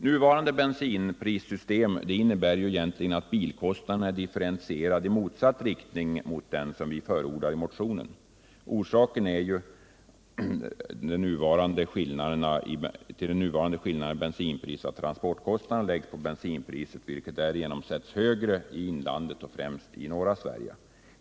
Nuvarande bensinprissystem innebär egentligen att. bilkostnaderna är 153 differentierade i motsatt riktning mot den som vi förordar i motionen. Orsaken till de nuvarande skillnaderna i bensinpris är ju att transportkostnaden läggs på bensinpriset, vilket därigenom sätts högre i inlandet och främst i norra Sverige.